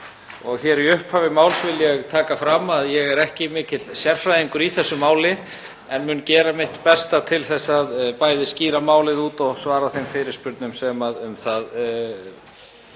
Hér í upphafi máls vil ég taka fram að ég er ekki mikill sérfræðingur í þessu máli en mun gera mitt besta til að skýra málið út og svara þeim fyrirspurnum sem að því